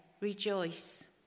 rejoice